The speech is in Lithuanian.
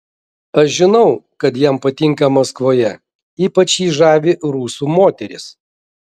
aš žinau kad jam patinka maskvoje ypač jį žavi rusų moterys